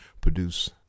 produce